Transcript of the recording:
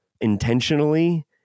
intentionally